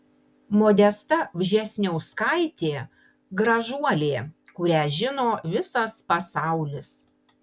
modesta vžesniauskaitė gražuolė kurią žino visas pasaulis